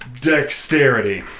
dexterity